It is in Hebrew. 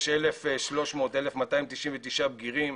יש 1,299 בגירים,